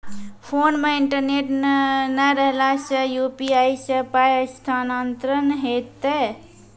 Phone मे internet नै रहला सॅ, यु.पी.आई सॅ पाय स्थानांतरण हेतै?